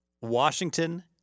Washington